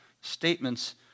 statements